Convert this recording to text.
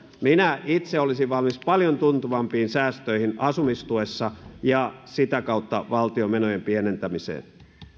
minä itse olisin valmis paljon tuntuvampiin säästöihin asumistuessa ja sitä kautta valtion menojen pienentämiseen